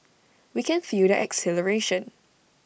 we can feel their exhilaration